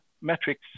metrics